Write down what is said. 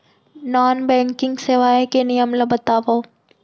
Non banking सेवाएं के नियम ला बतावव?